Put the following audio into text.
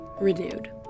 renewed